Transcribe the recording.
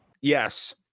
Yes